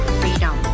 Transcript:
freedom